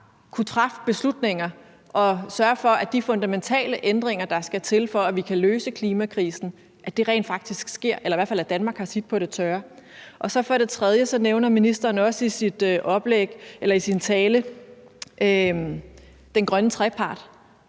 kunne træffe beslutninger og sørge for, at de fundamentale ændringer, der skal til, for at vi kan løse klimakrisen, rent faktisk sker, eller at Danmark i hvert fald har sit på det tørre. For det tredje nævner ministeren i sin tale også den grønne trepart.